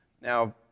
Now